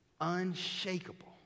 unshakable